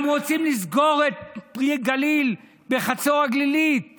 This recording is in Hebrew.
גם רוצים לסגור את פרי הגליל בחצור הגלילית